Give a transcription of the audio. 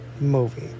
movie